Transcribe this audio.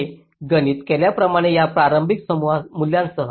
हे गणित केल्याप्रमाणे या प्रारंभिक मूल्यांसह